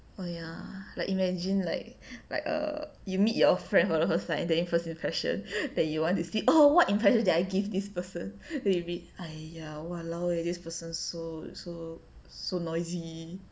oh ya like imagine like like a you meet your friend for the first then first impression that you want to se~ oh what impression did I give this person then you read !aiya! !walao! eh this person so so so noisy